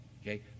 Okay